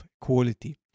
quality